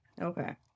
Okay